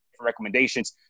recommendations